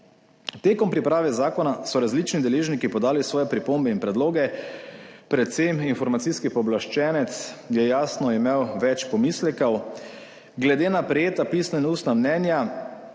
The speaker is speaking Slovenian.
Tekom priprave zakona so različni deležniki podali svoje pripombe in predloge, predvsem Informacijski pooblaščenec je jasno imel več pomislekov. Glede na prejeta pisna in ustna mnenja